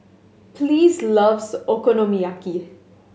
Pleas loves Okonomiyaki